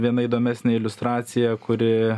viena įdomesnė iliustracija kuri